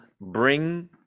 Bring